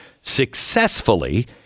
successfully